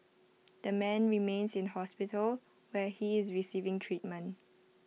the man remains in hospital where he is receiving treatment